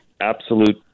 absolute